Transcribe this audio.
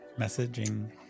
messaging